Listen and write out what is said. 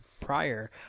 prior